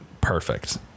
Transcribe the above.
perfect